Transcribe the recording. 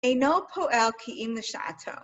הינו פועל כאם לשעתו.